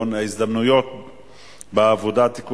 בעד, 10,